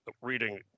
reading